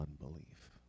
unbelief